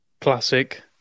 Classic